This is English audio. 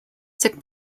took